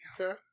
Okay